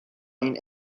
این